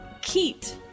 Keat